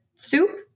Soup